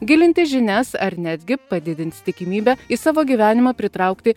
gilinti žinias ar netgi padidint tikimybę į savo gyvenimą pritraukti